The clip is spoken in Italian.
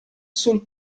sul